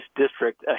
district